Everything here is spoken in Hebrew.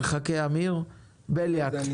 חבר הכנסת בליאק, בבקשה.